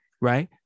right